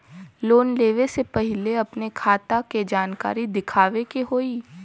Loan लेवे से पहिले अपने खाता के जानकारी दिखावे के होई?